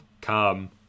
come